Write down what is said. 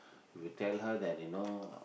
you tell her that you know